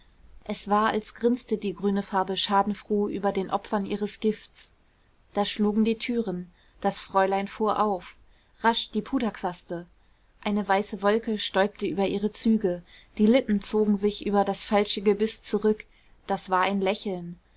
es war als grinste die grüne farbe schadenfroh über den opfern ihres gifts da schlugen die türen das fräulein fuhr auf rasch die puderquaste eine weiße wolke stäubte über ihre züge die lippen zogen sich über das falsche gebiß zurück das war ein lächeln